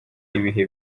ibihe